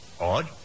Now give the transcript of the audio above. Odd